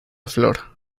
flor